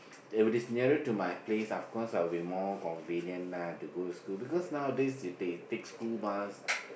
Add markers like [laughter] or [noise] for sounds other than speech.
[noise] if it is nearer to my place of course I'll be more convenient lah to go to school because nowadays they take school bus